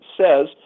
says